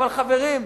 אבל, חברים,